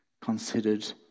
Considered